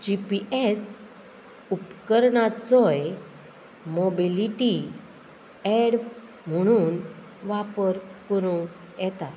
जी P S उपकरणाचोय mobility aid म्हुणून वापर करूंक येता